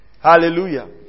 Hallelujah